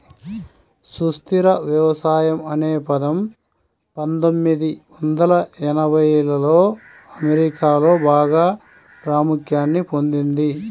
సుస్థిర వ్యవసాయం అనే పదం పందొమ్మిది వందల ఎనభైలలో అమెరికాలో బాగా ప్రాముఖ్యాన్ని పొందింది